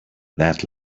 that